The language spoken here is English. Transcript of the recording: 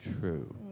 true